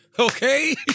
Okay